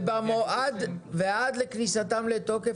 ועד לכניסתן לתוקף,